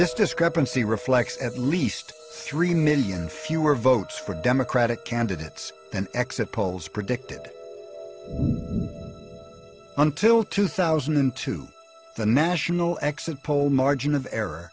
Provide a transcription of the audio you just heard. this discrepancy reflects at least three million fewer votes for democratic candidates and exit polls predicted until two thousand and two the national exit poll margin of er